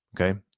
Okay